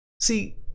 See